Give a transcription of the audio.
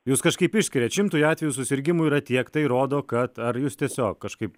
jūs kažkaip išskiriat šimtui atvejų susirgimų yra tiek tai rodo kad ar jūs tiesiog kažkaip